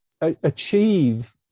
achieve